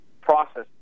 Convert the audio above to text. process